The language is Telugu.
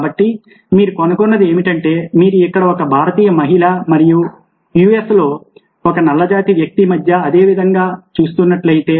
కాబట్టి మీరు కనుగొన్నది ఏమిటంటే మీరు ఇక్కడ ఒక భారతీయ మహిళ మరియు USలో ఒక నల్లజాతి వ్యక్తి మధ్య అదే విధంగా చూస్తున్నట్లయితే